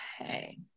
Okay